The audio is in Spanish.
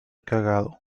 cagado